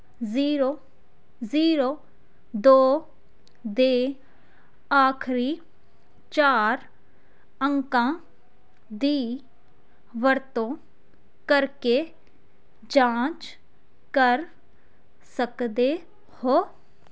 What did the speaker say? zero zero ਦੋ ਦੇ ਆਖਰੀ ਚਾਰ ਅੰਕਾਂ ਦੀ ਵਰਤੋਂ ਕਰਕੇ ਜਾਂਚ ਕਰ ਸਕਦੇ ਹੋ